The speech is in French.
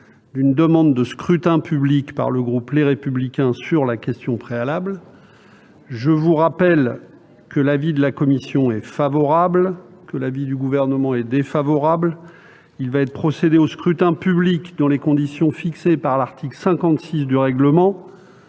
d'une demande de scrutin public émanant du groupe Les Républicains. Je rappelle que l'avis de la commission est favorable et que celui du Gouvernement est défavorable. Il va être procédé au scrutin dans les conditions fixées par l'article 56 du règlement.